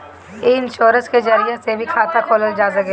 इ इन्शोरेंश के जरिया से भी खाता खोलल जा सकेला